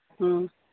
ꯎꯝ